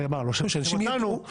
קרעי אמר: לא שהם צריכים אותנו,